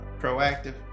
Proactive